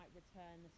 return